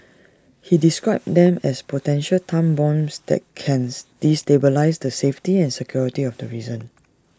he described them as potential time bombs that cans destabilise the safety and security of the reason